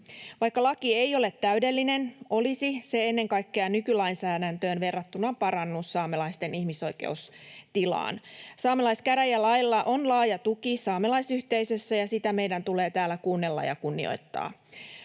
Vaikka laki ei ole täydellinen, olisi se ennen kaikkea nykylainsäädäntöön verrattuna parannus saamelaisten ihmisoikeustilaan. Saamelaiskäräjälailla on laaja tuki saamelaisyhteisössä, ja sitä meidän tulee täällä kuunnella ja kunnioittaa.